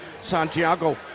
santiago